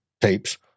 tapes